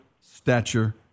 stature